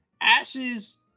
Ashes